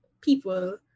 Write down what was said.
people